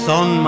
on